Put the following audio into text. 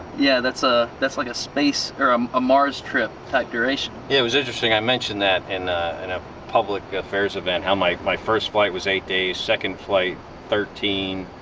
yeah that's ah that's like a space, or um a mars trip type duration. yeah it was interesting, i mentioned that in and a public affairs event, how my my first flight was eight days, second flight thirteen,